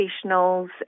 professionals